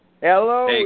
Hello